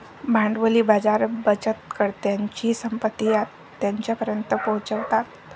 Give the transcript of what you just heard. भांडवली बाजार बचतकर्त्यांची संपत्ती त्यांच्यापर्यंत पोहोचवतात